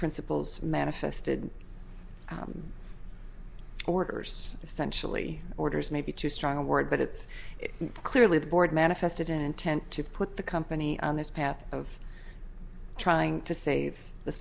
principles manifested orders essentially orders may be too strong a word but it's clearly the board manifested an intent to put the company on this path of trying to save the